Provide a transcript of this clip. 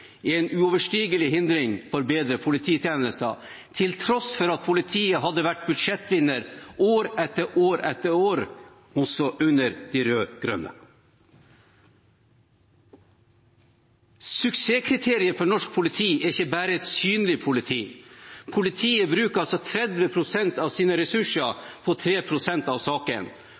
en uoverstigelig hindring for bedre polititjenester, til tross for at politiet hadde vært budsjettvinner år etter år etter år, også under de rød-grønne. Suksesskriteriet for norsk politi er ikke bare et synlig politi. Politiet bruker 30 pst. av sine ressurser på 3 pst. av